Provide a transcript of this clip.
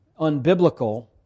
unbiblical